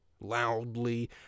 Loudly